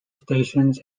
stations